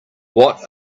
what